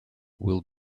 will